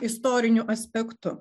istoriniu aspektu